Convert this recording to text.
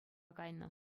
кайнӑ